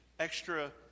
extra